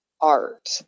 art